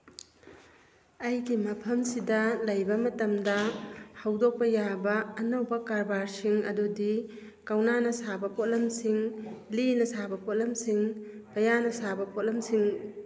ꯑꯩꯒꯤ ꯃꯐꯝꯁꯤꯗ ꯂꯩꯕ ꯃꯇꯝꯗ ꯍꯧꯗꯣꯛꯄ ꯌꯥꯕ ꯑꯅꯧꯕ ꯀꯔꯕꯥꯔꯁꯤꯡ ꯑꯗꯨꯗꯤ ꯀꯧꯅꯅ ꯁꯥꯕ ꯄꯣꯠꯂꯝꯁꯤꯡ ꯂꯤꯅ ꯁꯥꯕ ꯄꯣꯠꯂꯝꯁꯤꯡ ꯄꯌꯥꯅ ꯁꯥꯕ ꯄꯣꯠꯂꯝꯁꯤꯡ